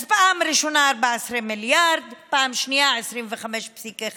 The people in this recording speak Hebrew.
אז פעם ראשונה, 14 מיליארד, פעם שנייה, 25.1,